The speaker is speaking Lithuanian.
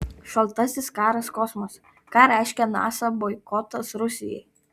šaltasis karas kosmose ką reiškia nasa boikotas rusijai